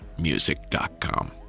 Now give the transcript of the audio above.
music.com